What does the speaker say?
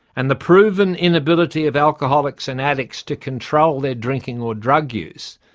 and the proven inability of alcoholics and addicts to control their drinking or drug use,